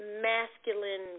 masculine